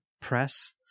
press